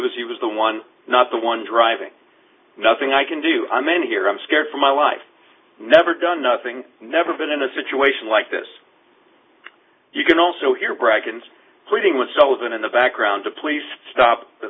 was he was the one not the one driving nothing i can do i mean here i'm scared for my life never done nothing never been in a situation like this you can also hear bracken's pleading with sullivan in the background to please stop the